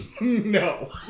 No